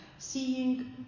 seeing